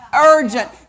urgent